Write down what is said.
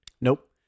Nope